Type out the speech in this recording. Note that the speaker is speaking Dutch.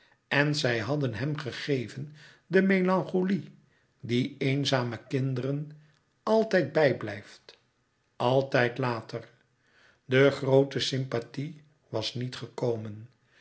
en zij hadden hem gegeven de melancholie die louis couperus metamorfoze eenzamen kinderen altijd bijblijft altijd later de groote sympathie was niet gekomen